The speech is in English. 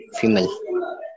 female